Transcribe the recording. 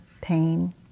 pain